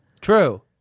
True